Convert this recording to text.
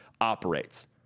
operates